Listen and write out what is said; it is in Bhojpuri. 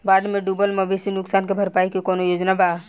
बाढ़ में डुबल मवेशी नुकसान के भरपाई के कौनो योजना वा?